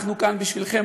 אנחנו כאן בשבילכם,